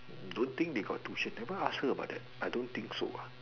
don't think they got tuition never ask her but I don't think so